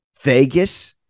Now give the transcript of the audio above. Vegas